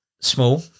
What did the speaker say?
small